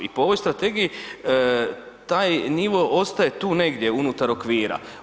I po ovoj strategiji taj nivo ostaje tu negdje, unutar okvira.